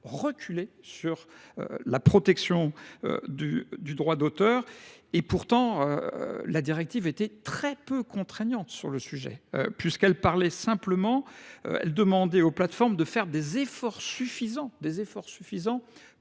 reculer sur la protection du droit d'auteur. Et pourtant, la directive était très peu contraignante sur le sujet, puisqu'elle parlait simplement, elle demandait aux plateformes de faire des efforts suffisants, des efforts suffisants